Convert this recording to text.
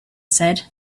said